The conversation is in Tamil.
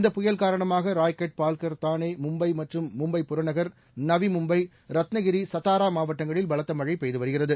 இந்த புயல் காரணமாக ராய்காட் பால்கர் தானே மும்பை மற்றும் மும்பை புறநகர் நவீ மும்பை ரத்தினகிரி சத்தாரா மாவட்டங்களில் பலத்த மழை பெய்து வருகிறது